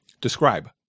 Describe